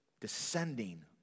descending